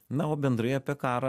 na o bendrai apie karą